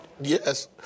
Yes